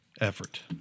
effort